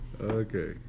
okay